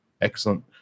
Excellent